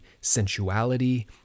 sensuality